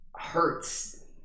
hurts